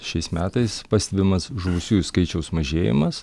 šiais metais pastebimas žuvusiųjų skaičiaus mažėjimas